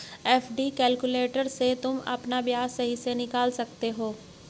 FD calculator से तुम अपना ब्याज सही से निकाल सकते हो